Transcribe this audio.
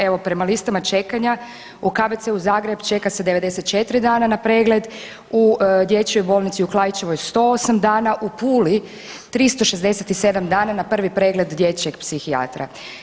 Evo, prema listama čekanja, u KBC-u Zagreb čeka se 94 dana na pregled, u Dječjoj bolnici u Klaićevoj 108 dana, u Puli 367 dana na prvi pregled dječjeg psihijatra.